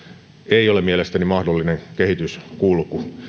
ei ole mielestäni mahdollinen kehityskulku